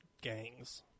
gangs